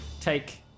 Take